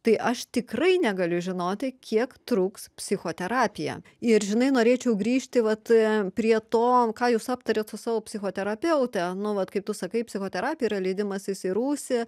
tai aš tikrai negaliu žinoti kiek truks psichoterapija ir žinai norėčiau grįžti vat prie to ką jūs aptarėt su savo psichoterapeute nu vat kaip tu sakai psichoterapija yra leidimasis į rūsį